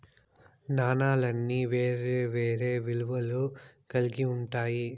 నాణాలన్నీ వేరే వేరే విలువలు కల్గి ఉంటాయి